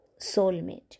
soulmate